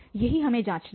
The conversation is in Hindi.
यही हमें जाँचना है